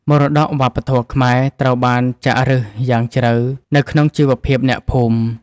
មរតកវប្បធម៌ខ្មែរត្រូវបានចាក់ឫសយ៉ាងជ្រៅនៅក្នុងជីវភាពអ្នកភូមិ។